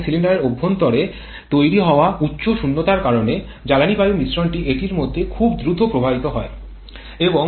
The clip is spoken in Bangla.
এবং সিলিন্ডারের অভ্যন্তরে তৈরি হওয়া উচ্চ শূন্যতার কারণে জ্বালানী বায়ু মিশ্রণটি এটির মধ্যে খুব দ্রুত প্রবাহিত হয়